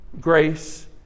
grace